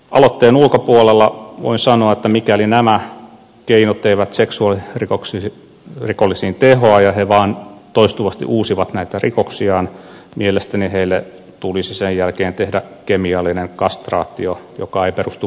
aloitteen ulkopuolella voin sanoa että mikäli nämä keinot eivät seksuaalirikollisiin tehoa ja he vaan toistuvasti uusivat näitä rikoksiaan mielestäni heille tulisi sen jälkeen tehdä kemiallinen kastraatio joka ei perustu vapaaehtoisuuteen vaan pakkoon